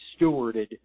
stewarded